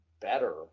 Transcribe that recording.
better